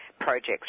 projects